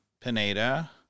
Pineda